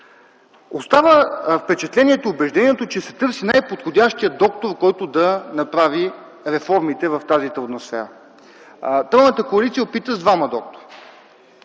и убеждението, че се търси най-подходящият доктор, който да направи реформите в тази трудна сфера. Тройната коалиция опита с двама доктори.